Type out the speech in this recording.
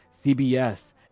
CBS